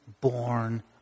born